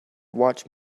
watch